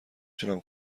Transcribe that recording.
تونم